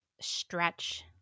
stretch –